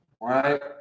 right